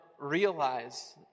realize